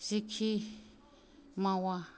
जिखि मावा